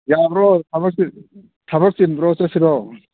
ꯌꯥꯕ꯭ꯔꯣ ꯊꯕꯛ ꯆꯤꯟꯕ꯭ꯔꯣ ꯆꯠꯁꯤꯔꯣ